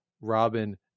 Robin